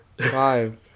Five